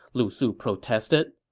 lu su protested